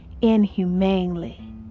inhumanely